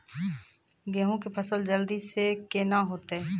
गेहूँ के फसल जल्दी से के ना होते?